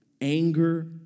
Anger